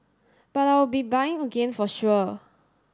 but I'll be buying again for sure